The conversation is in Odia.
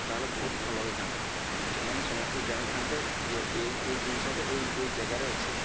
ତା'ହେଲେ ବହୁତ ଭଲ ହେଇଥାନ୍ତା ସମସ୍ତେ ଜାଣିଥାନ୍ତେ ଯେ ଏ ଏ ଜିନିଷ ଟା ଏ ଏ ଜାଗାରେ ଅଛି